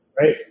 right